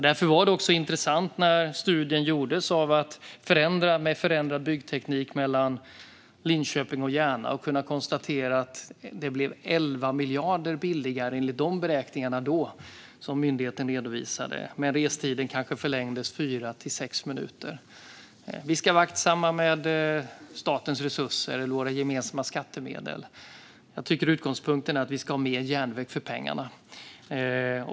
Därför var det intressant när studien visade att det med förändrad byggteknik mellan Linköping och Järna skulle bli 11 miljarder billigare och förlängd restid med bara fyra till sex minuter. Vi ska vara aktsamma med statens resurser och våra gemensamma skattemedel. Jag tycker att utgångspunkten är att vi ska ha mer järnväg för pengarna.